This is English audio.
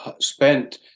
spent